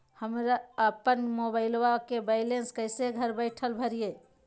हमरा अपन मोबाइलबा के बैलेंस कैसे घर बैठल भरिए?